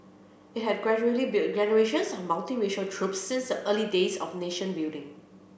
it had gradually built generations of multiracial troops since the early days of nation building